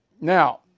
Now